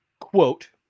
Quote